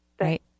right